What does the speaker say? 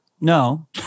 No